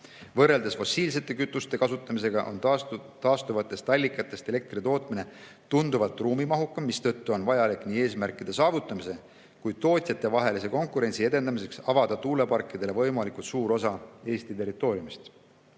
Võrreldes fossiilsete kütuste kasutamisega on taastuvatest allikatest elektri tootmine tunduvalt ruumimahukam, mistõttu on vaja nii eesmärkide saavutamise kui ka tootjatevahelise konkurentsi edendamiseks avada tuuleparkidele võimalikult suur osa Eesti territooriumist.